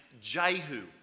Jehu